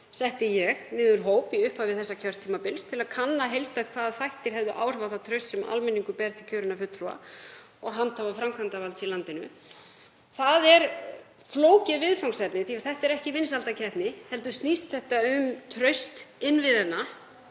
setti ég niður hóp í upphafi þessa kjörtímabils til að kanna heildstætt hvaða þættir hefðu áhrif á það traust sem almenningur ber til kjörinna fulltrúa og handhafa framkvæmdarvalds í landinu. Það er flókið viðfangsefni því að þetta er ekki vinsældakeppni, heldur snýst þetta um traust innviðanna